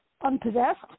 unpossessed